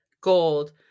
gold